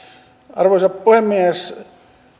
arvoisa puhemies